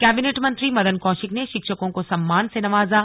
cabinet मंत्री मदन कौशिक ने शिक्षकों को सम्मान से नवाजा